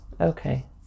Okay